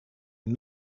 een